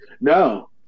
No